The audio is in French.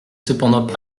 cependant